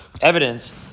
evidence